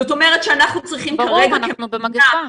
זאת אומרת שאנחנו צריכים כרגע כמדינה